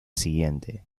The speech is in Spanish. siguiente